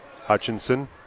Hutchinson